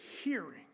hearing